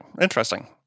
Interesting